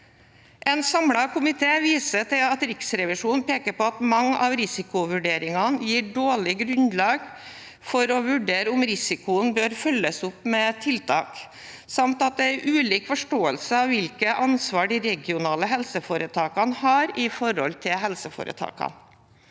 En samlet komité viser til at Riksrevisjonen peker på at mange av risikovurderingene gir dårlig grunnlag for å vurdere om risikoen bør følges opp med tiltak, samt at det er ulik forståelse av hvilket ansvar de regionale helseforetakene har i forhold til helseforetakene.